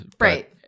Right